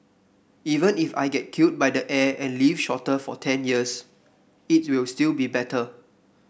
even if I get killed by the air and live shorter for ten years it'll still be better